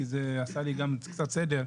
כי זה עשה לי גם קצת סדר.